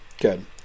Good